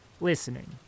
listening